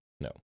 No